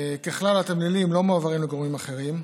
ככלל, התמלילים לא מועברים לגורמים אחרים,